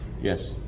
Yes